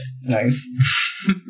Nice